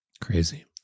Crazy